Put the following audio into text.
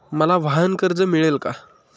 मला वाहनकर्ज मिळेल का?